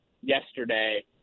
yesterday